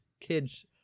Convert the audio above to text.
kids